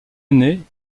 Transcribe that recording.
année